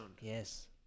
Yes